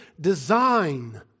design